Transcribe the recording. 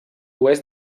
oest